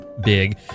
big